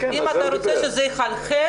אם אתה רוצה שזה יחלחל,